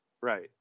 Right